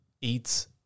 eats